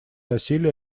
насилие